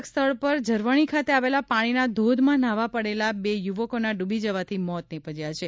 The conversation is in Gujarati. નર્મદાના પર્યટક સ્થળ ઝરવાણી ખાતે આવેલા પાણીના ધોધમાં ન્હાવા પડેલા બે યુવકોના ડૂબી જવાથી મોત નિપજ્યા છે